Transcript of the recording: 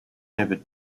never